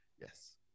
Yes